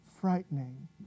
frightening